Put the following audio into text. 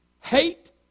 Hate